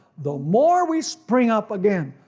the more we spring up again.